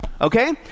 okay